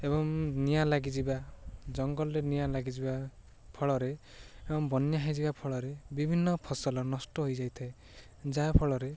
ଏବଂ ନିଆଁ ଲାଗିଯିବା ଜଙ୍ଗଲରେ ନିଆଁ ଲାଗିଯିବା ଫଳରେ ଏବଂ ବନ୍ୟା ହେଇଯିବା ଫଳରେ ବିଭିନ୍ନ ଫସଲ ନଷ୍ଟ ହୋଇଯାଇଥାଏ ଯାହାଫଳରେ